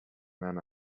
man